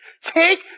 Take